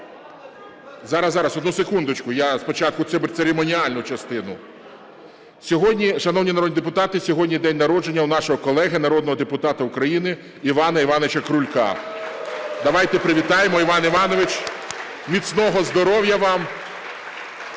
Зараз-зараз, одну секундочку, я спочатку церемоніальну частину. Шановні народні депутати, сьогодні день народження у нашого колеги народного депутата України Івана Івановича Крулька. Давайте привітаємо! (Оплески) Іван Іванович, міцного здоров'я вам,